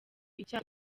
icyaha